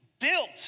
built